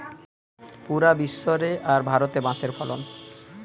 পুরা বিশ্ব রে আর ভারতে বাঁশের ফলন